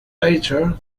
later